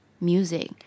Music